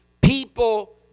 people